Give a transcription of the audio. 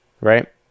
Right